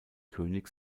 könig